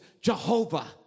Jehovah